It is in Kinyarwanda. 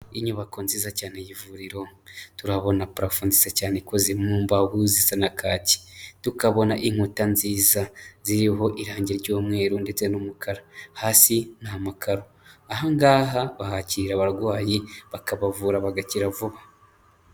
Inyubako nziza cyane y'ivuriro turabona parafo nziza cyane ikoze mu mbaho zisa na kake tukabona inkuta nziza ziriho irangi ry'umweru ndetse n'umukara hasi ni amakaro ahangangaha bahakirira abarwayi bakabavura bagakira vuba.